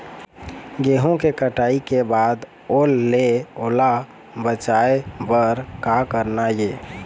गेहूं के कटाई के बाद ओल ले ओला बचाए बर का करना ये?